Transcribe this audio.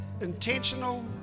intentional